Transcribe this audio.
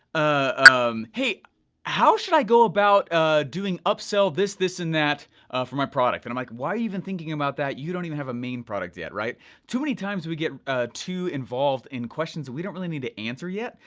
ah um how should i go about ah doing up sale this this and that for my product and i'm like why even thinking about that, you don't even have a main product yet. too many times we get too involved in questions we don't really need to answer yet,